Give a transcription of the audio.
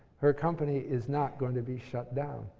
her company is not going to be shut down.